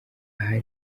aha